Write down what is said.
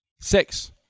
six